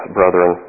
brethren